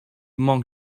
monk